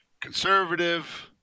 Conservative